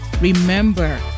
Remember